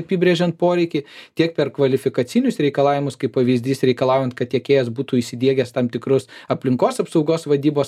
apibrėžiant poreikį tiek per kvalifikacinius reikalavimus kaip pavyzdys reikalaujant kad tiekėjas būtų įsidiegęs tam tikrus aplinkos apsaugos vadybos